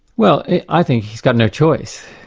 well, i think he's got no choice.